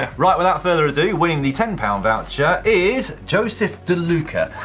right, without further ado, winning the ten pound voucher is, joseph deluca.